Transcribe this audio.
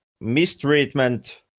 mistreatment